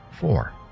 four